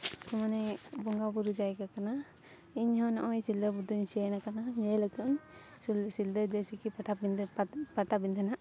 ᱢᱟᱱᱮ ᱵᱚᱸᱜᱟ ᱵᱩᱨᱩ ᱡᱟᱭᱜᱟ ᱠᱟᱱᱟ ᱤᱧᱦᱚᱸ ᱱᱚᱜᱼᱚᱭ ᱥᱤᱞᱫᱟᱹ ᱯᱟᱛᱟᱧ ᱥᱮᱱ ᱟᱠᱟᱱᱟ ᱧᱮᱞ ᱠᱟᱫᱟᱧ ᱥᱤᱞᱫᱟᱹ ᱡᱮᱭᱥᱮ ᱠᱤ ᱯᱟᱴᱟᱵᱤᱸᱫᱟᱹ ᱯᱟᱛᱟ ᱯᱟᱴᱟᱵᱤᱸᱫᱷᱟᱹ ᱱᱟᱜᱷ